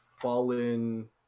Fallen